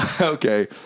Okay